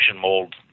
mold